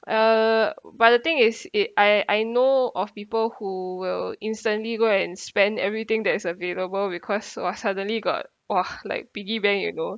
uh but the thing is it I I know of people who will instantly go and spend everything that is available because !wah! suddenly got !wah! like piggy bank you know